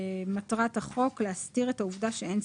יתווסף 'ובלבד שאושר בוועדה לאחר